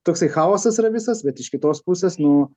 toksai chaosas yra visas bet iš kitos pusės nu